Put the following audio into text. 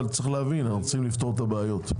אבל צריך להבין שאנחנו רוצים לפתור את הבעיות.